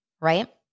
right